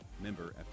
Member